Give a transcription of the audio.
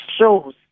shows